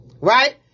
right